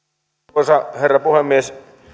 arvoisa herra puhemies